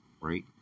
right